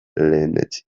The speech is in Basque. lehenetsi